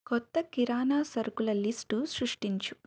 కొత్త కిరాణా సరుకుల లిస్టు సృష్టించు